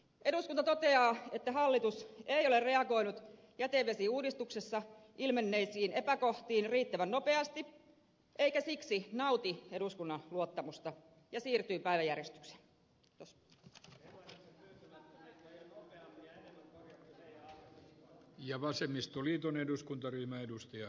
eduskunta toteaa että hallitus ei ole reagoinut jätevesiuudistuksessa ilmenneisiin epäkohtiin riittävän nopeasti eikä siksi nauti eduskunnan luottamusta ja siirtyy päiväjärjestykseen